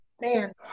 man